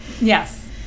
yes